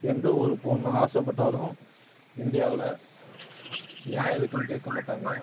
எந்த ஊர் போணும்னு ஆசைப்பட்டாலும் இண்டியாவில் ஏன் எதுக்குனு கேட்கமாட்டாங்க